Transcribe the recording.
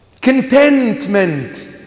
contentment